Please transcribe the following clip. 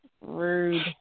Rude